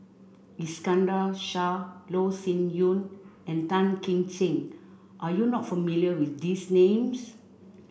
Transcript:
Iskandar Shah Loh Sin Yun and Tan Kim Ching are you not familiar with these names